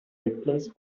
replaced